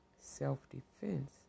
self-defense